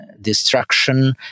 destruction